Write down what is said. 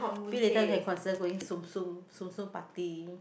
think later you can consider going Tsum Tsum Tsum Tsum party